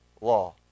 law